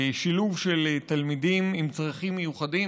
שילוב של תלמידים עם צרכים מיוחדים,